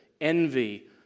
envy